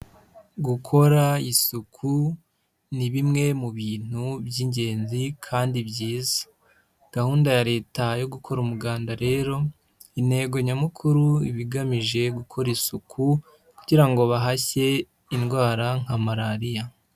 Gukora isuku ni bimwe mu bintu by'ingenzi kandi byiza, gahunda ya Leta yo gukora umuganda rero intego nyamukuru iba igamije gukora isuku kugira ngo bahashye indwara nka malariya.